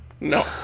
No